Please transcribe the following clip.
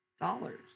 Dollars